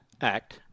act